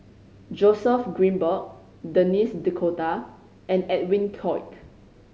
Joseph Grimberg Denis D'Cotta and Edwin Koek